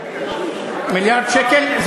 מיליארד שקל, מיליארד שקל?